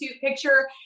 picture